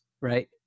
right